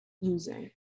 using